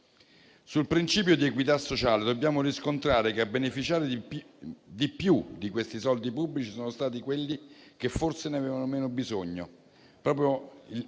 Sul principio di equità sociale dobbiamo riscontrare che a beneficiare di più di questi soldi pubblici sono stati quelli che forse ne avevano meno bisogno: